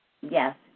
Yes